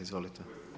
Izvolite.